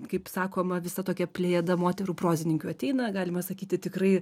kaip sakoma visa tokia plejada moterų prozininkių ateina galima sakyti tikrai